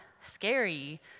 scary